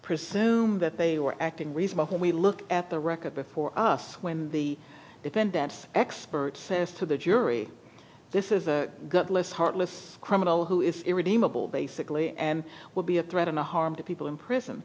presume that they were acting reasonable when we look at the record before us when the defendant's expert says to the jury this is a good list heartless criminal who is irredeemable basically and will be a threat and a harm to people in prison